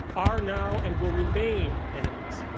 are now and will remain enemies.